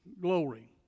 glory